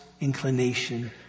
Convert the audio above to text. inclination